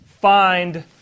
find